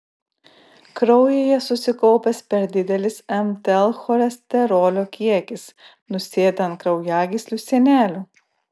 kraujyje susikaupęs per didelis mtl cholesterolio kiekis nusėda ant kraujagyslių sienelių